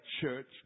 church